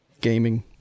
gaming